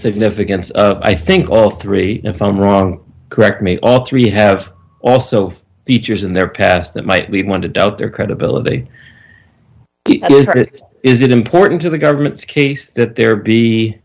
significance of i think all three if i'm wrong correct me all three have also features in their past that might lead one to doubt their credibility is it important to the government's case that there be